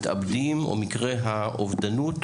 המתאבדים או מקרי האובדנות,